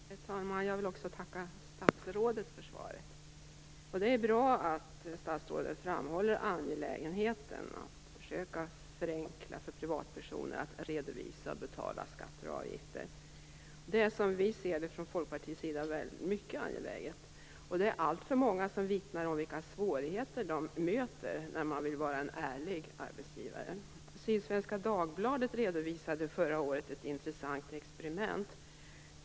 Herr talman! Jag vill tacka statsrådet för svaret. Det är bra att statsrådet framhåller angelägenheten att försöka förenkla för privatpersoner att redovisa och betala skatter och avgifter. Vi från Folkpartiets sida anser att det är mycket angeläget. Det är alltför många som vittnar om svårigheterna de möter när de vill vara en ärlig arbetsgivare. Sydsvenska Dagbladet redovisade förra året ett intressant experiment.